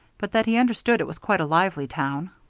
but that he understood it was quite a lively town.